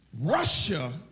Russia